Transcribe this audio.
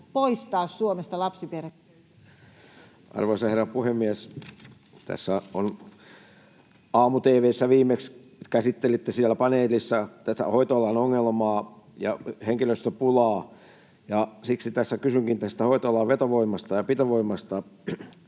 Edustaja Koskela, olkaa hyvä. Arvoisa herra puhemies! Aamu-tv:ssä viimeksi käsittelitte paneelissa hoitoalan ongelmaa ja henkilöstöpulaa, ja siksi tässä kysynkin hoitoalan vetovoimasta ja pitovoimasta.